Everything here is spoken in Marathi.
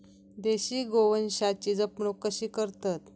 देशी गोवंशाची जपणूक कशी करतत?